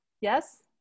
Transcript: Yes